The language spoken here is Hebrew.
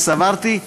סברתי,